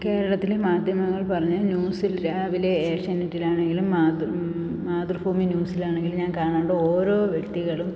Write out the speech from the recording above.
കേരളത്തിലെ മാധ്യമങ്ങൾ പറഞ്ഞ ന്യൂസിൽ രാവിലെ ഏഷ്യാനെറ്റിലാണെങ്കിലും മാതൃഭൂമി ന്യൂസിലാണെങ്കിലും ഞാൻ കാണുന്നുണ്ട് ഓരോ വ്യക്തികളും